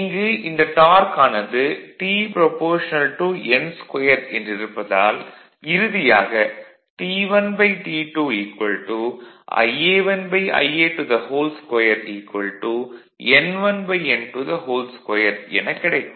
இங்கு இந்த டார்க் ஆனது T n2 என்றிருப்பதால் இறுதியாக T1 T2 Ia1 Ia22 n1 n22 எனக் கிடைக்கும்